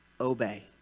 obey